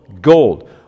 Gold